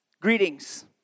Greetings